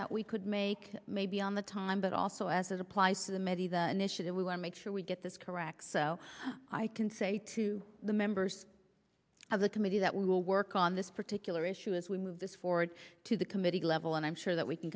that we could make maybe on the time but also as it applies to the medi that initiative we want to make sure we get this correct so i can say to the members of the committee that we will work on this particular issue as we move this forward to the committee level and i'm sure that we can